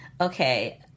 Okay